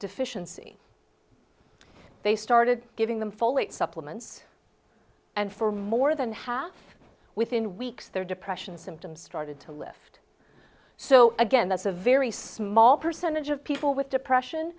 deficiency they started giving them full weight supplements and for more than half within weeks their depression symptoms started to lift so again that's a very small percentage of people with depression